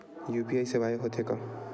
UPI सेवाएं हो थे का?